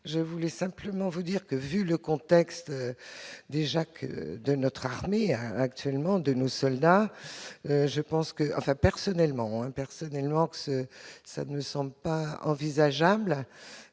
je voulais simplement vous dire que, vu le contexte déjà que de notre armée a actuellement de nos soldats, je pense que enfin personnellement un personnellement, ça ne semble pas envisageable